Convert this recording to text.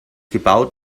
gebaut